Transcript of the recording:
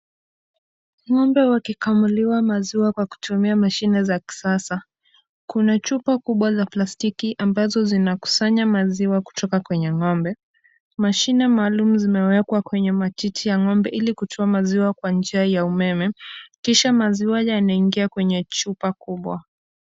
Ng'ombe wakikamuliwa maziwa kwa kutumia mashine ya kisasa, Kuna chupa kubwa za plastiki ambazo zinakusanya maziwa kutoka kwenye ng'ombe, mashine maalum zimewekwa kwenye matiti ya ng'ombe ili kutoa maziwa kwa njia ya umeme kisha maziwa yanaingia kwenye chupa kubwa.